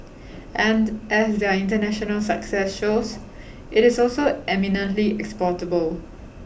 and as their international success shows it is also eminently exportable